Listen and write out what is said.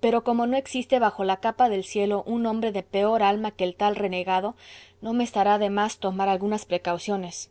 pero como no existe bajo la capa del cielo un hombre de peor alma que el tal renegado no me estará de más tomar algunas precauciones